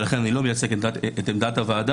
ולכן אני לא מייצג את עמדת הוועדה,